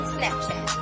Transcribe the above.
Snapchat